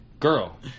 Girl